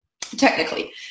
technically